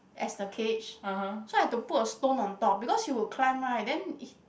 as the cage so I have to put a stone on top because it will climb right then